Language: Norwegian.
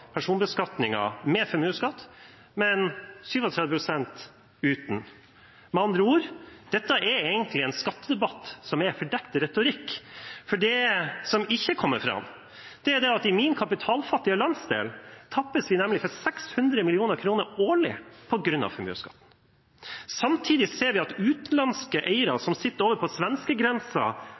personbeskatningen med formuesskatt, men 37 pst. uten. Med andre ord: Dette er egentlig en skattedebatt som er fordekt retorikk, for det som ikke kommer fram, er at i min kapitalfattige landsdel tappes vi for 600 mill. kr årlig pga. formuesskatt. Samtidig ser vi at utenlandske eiere som sitter på